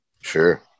Sure